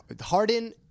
Harden